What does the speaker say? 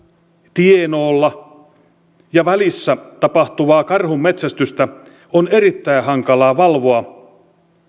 tienoolla ja välissä tapahtuvaa karhunmetsästystä on erittäin hankalaa valvoa